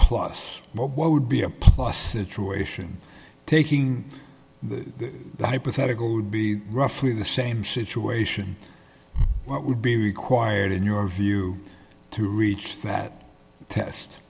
plus what would be a plus situation taking the hypothetical would be roughly the same situation what would be required in your view to reach that test